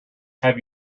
have